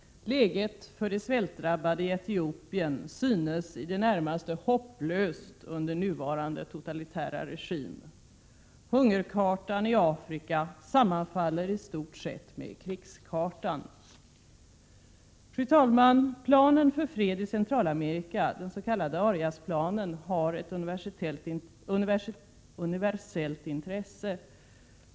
Läget för de svältdrabbade i Etiopien synes i det närmaste hopplöst under nuvarande totalitära regim. Hungerkartan i Afrika sammanfaller i stort sett med krigskartan. Fru talman! Planen för fred i Centralamerika, den s.k. Ariasplanen, har ett universellt intresse.